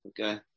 Okay